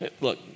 Look